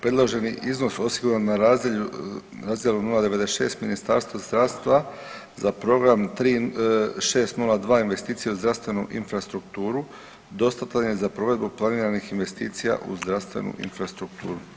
Predloženi iznos osiguran na razdjelu 096 Ministarstva zdravstva za program 3602 investicije u zdravstvenu infrastrukturu dostatan je za provedbu planiranih investicija u zdravstvenu infrastrukturu.